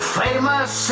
famous